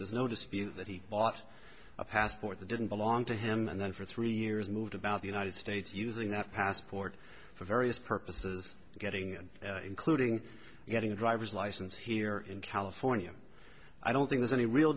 dispute that he bought a passport the didn't belong to him and then for three years moved about the united states using that passport for various purposes getting it including getting a driver's license here in california i don't think there's any real